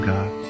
God